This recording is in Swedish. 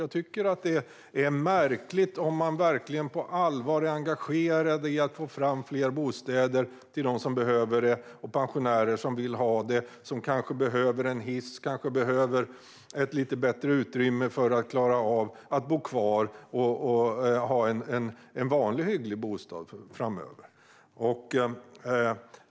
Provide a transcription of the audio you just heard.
Jag tycker att det är märkligt om man på allvar är engagerad i att få fram fler bostäder till dem som behöver det, för pensionärer som kanske behöver en hiss och behöver lite bättre ekonomiskt utrymme för att klara av att bo kvar och ha en vanlig hygglig bostad framöver.